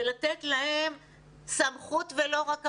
ולתת להם סמכות ולא רק אחריות,